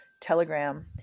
Telegram